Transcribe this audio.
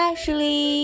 Ashley